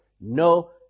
no